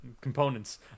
components